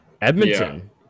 Edmonton